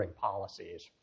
policies